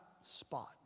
spot